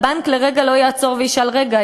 והבנק לרגע לא יעצור וישאל: רגע,